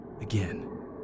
again